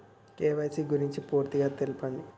KYC గురించి పూర్తిగా తెలపండి?